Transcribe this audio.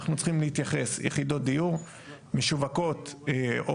אנחנו צריכים להתייחס יחידות דיור משווקות או